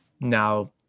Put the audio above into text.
now